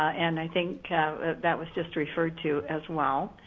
and i think that was just referred to as well.